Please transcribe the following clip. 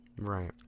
Right